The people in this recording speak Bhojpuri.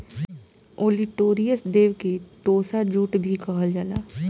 ओलीटोरियस देव के टोसा जूट भी कहल जाला